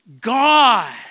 God